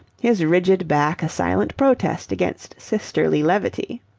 his rigid back a silent protest against sisterly levity.